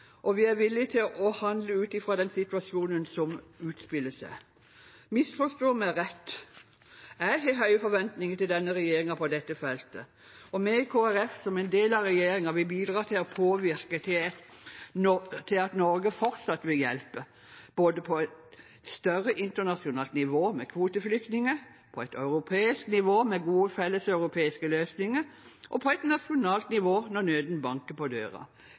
Og vi er villige til å handle ut fra den situasjonen som utspiller seg. Misforstå meg rett: Jeg har høye forventninger til denne regjeringen på dette feltet, og vi i Kristelig Folkeparti, som en del av regjeringen, vil bidra til å påvirke til at Norge fortsatt vil hjelpe – både på et større, internasjonalt nivå med kvoteflyktninger, på et europeisk nivå med gode felleseuropeiske løsninger og på et nasjonalt nivå når nøden banker på